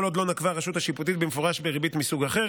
כל עוד לא נקבה הרשות השיפוטית במפורש בריבית מסוג אחר.